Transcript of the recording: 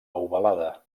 ovalada